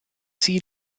sie